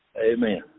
Amen